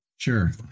Sure